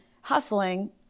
hustling